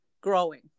growing